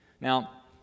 Now